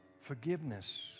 forgiveness